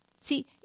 See